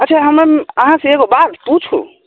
अच्छा हमम्म अहाँसे एगो बात पूछू